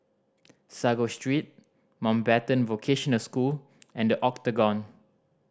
Sago Street Mountbatten Vocational School and The Octagon